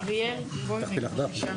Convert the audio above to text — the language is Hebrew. הישיבה ננעלה בשעה